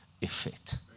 effect